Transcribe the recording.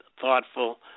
thoughtful